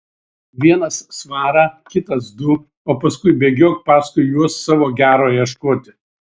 vienas svarą kitas du o paskui bėgiok paskui juos savo gero ieškoti